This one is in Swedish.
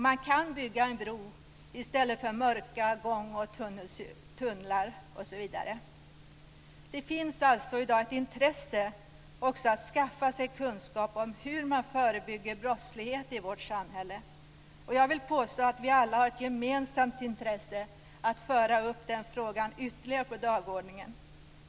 Man kan bygga en bro i stället för mörka gångar, tunnlar osv. Det finns alltså i dag ett intresse av att skaffa sig kunskap om hur man förebygger brottslighet i vårt samhälle. Jag vill påstå att vi alla har ett gemensamt intresse av att föra upp den frågan ytterligare på dagordningen.